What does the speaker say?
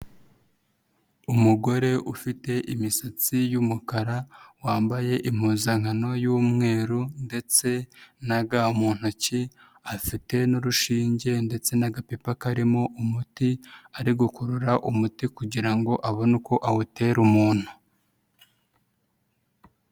Umugore ufite imisatsi y'umukara, wambaye impuzankano y'umweru ndetse na ga mu ntoki afite n'urushinge ndetse n'agapipa karimo umuti ari gukurura umuti kugira ngo abone uko awutera umuntu.